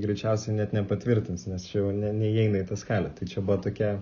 greičiausiai net nepatvirtins nes čia jau ne neįeina į tas skalę tai čia buvo tokia